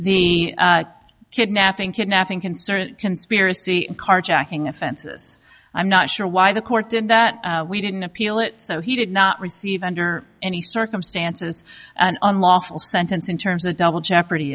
the kidnapping kidnapping concerned conspiracy carjacking offenses i'm not sure why the court did that we didn't appeal it so he did not receive under any circumstances an unlawful sentence in terms of double jeopardy